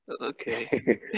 okay